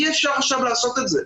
אי אפשר עכשיו לעשות את זה,